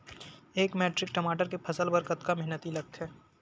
एक मैट्रिक टमाटर के फसल बर कतका मेहनती लगथे?